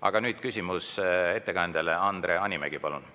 Aga nüüd küsimus ettekandjale. Andre Hanimägi, palun!